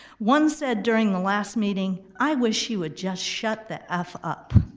one said during the last meeting, i wish you would just shut the f up.